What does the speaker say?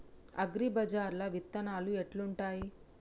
అగ్రిబజార్ల విత్తనాలు ఎట్లుంటయ్?